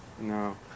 No